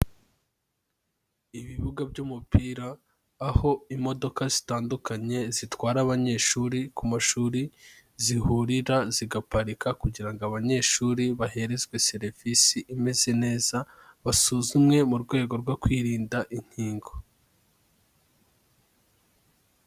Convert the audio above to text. Ibibuga by'umupira aho imodoka zitandukanye zitwara abanyeshuri ku mashuri zihurira zigaparika kugira ngo abanyeshuri baherezwe serivisi imeze neza, basuzumwe mu rwego rwo kwirinda inkingo.